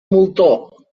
moltó